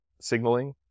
signaling